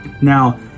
Now